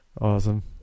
Awesome